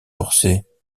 forcée